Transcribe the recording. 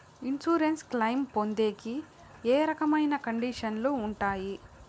Insurance claim పొందేకి ఏ రకమైన కండిషన్లు ఉంటాయి?